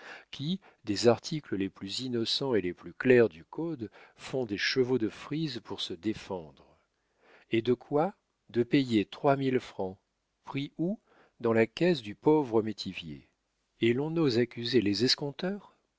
qui des articles les plus innocents et les plus clairs du code font des chevaux de frise pour se défendre et de quoi de payer trois mille francs pris où dans la caisse du pauvre métivier et l'on ose accuser les escompteurs